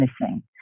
missing